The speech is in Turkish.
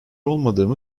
olmadığımı